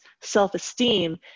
self-esteem